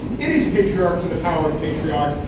it is patriarch to the power of patriarch.